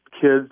kids